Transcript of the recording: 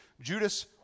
Judas